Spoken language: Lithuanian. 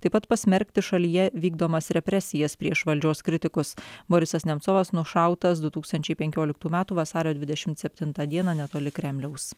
taip pat pasmerkti šalyje vykdomas represijas prieš valdžios kritikus borisas nemcovas nušautas du tūkstančiai penkioliktų metų vasario dvidešimt septintą dieną netoli kremliaus